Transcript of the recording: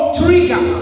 trigger